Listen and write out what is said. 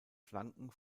flanken